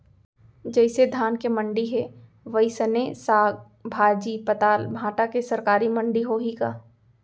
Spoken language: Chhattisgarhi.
जइसे धान के मंडी हे, वइसने साग, भाजी, पताल, भाटा के सरकारी मंडी होही का?